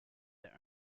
their